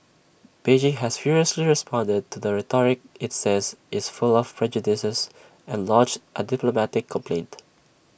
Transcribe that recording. Beijing has furiously responded to the rhetoric IT says is full of prejudices and lodged A diplomatic complaint